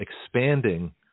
expanding